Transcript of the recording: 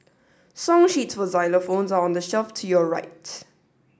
song sheets for xylophones are on the shelf to your right